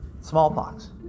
smallpox